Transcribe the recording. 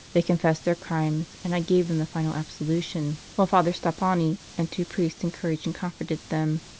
they confessed their crimes, and i gave them the final absolution, while father stoppani and two priests encouraged and comforted them.